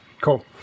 Cool